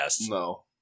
No